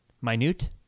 Minute